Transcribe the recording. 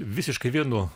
visiškai vienu